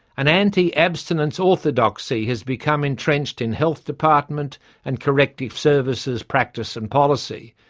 an anti-abstinence orthodoxy has become entrenched in health department and corrective services practice and policy,